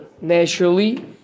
naturally